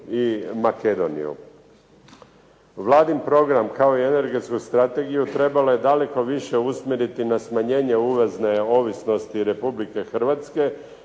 i Makedoniju. Vladin program kao i energetsku strategiju trebalo je daleko više usmjeriti na smanjenje uvozne ovisnosti Republike Hrvatske